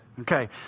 Okay